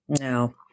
No